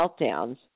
meltdowns